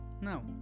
Now